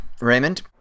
Raymond